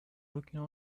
looking